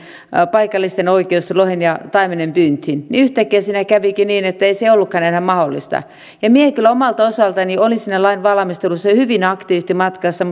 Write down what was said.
paikallisten oikeus lohen ja taimenen pyyntiin jatkuupi entiseen tyyliin valtion vesillä niin yhtäkkiä siinä kävikin niin ettei se ollutkaan enää mahdollista minä kyllä omalta osaltani olin siinä lain valmistelussa hyvin aktiivisesti matkassa